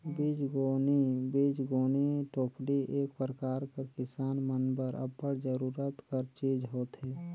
बीजगोनी बीजगोनी टोपली एक परकार कर किसान मन बर अब्बड़ जरूरत कर चीज होथे